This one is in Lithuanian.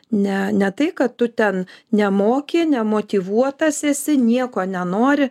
ne ne tai kad tu ten nemoki nemotyvuotas esi nieko nenori